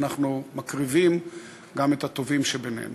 אנחנו מקריבים גם את הטובים שבינינו.